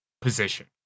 position